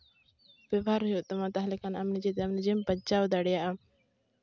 ᱵᱮᱵᱷᱟᱨ ᱦᱩᱭᱩᱜ ᱛᱟᱢᱟ ᱛᱟᱦᱚᱞᱮ ᱠᱷᱟᱱ ᱟᱢ ᱱᱤᱡᱮ ᱛᱮ ᱱᱤᱡᱮᱢ ᱵᱟᱧᱪᱟᱣ ᱫᱟᱲᱮᱭᱟᱜᱼᱟ